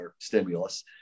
stimulus